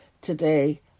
today